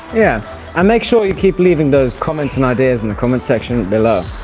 yeah um make sure you keep leaving those comments and ideas in the comment-section below!